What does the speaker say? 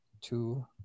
two